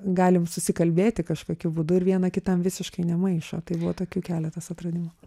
galim susikalbėti kažkokiu būdu ir vieną kitam visiškai nemaišo tai buvo tokių keletas atradimų